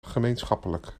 gemeenschappelijk